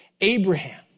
Abraham